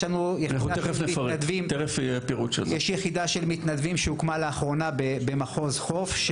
יש לנו יחידה של מתנדבים שהוקמה לאחרונה במחוז חוף,